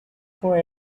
for